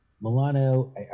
Milano